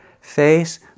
face